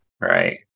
Right